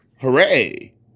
hooray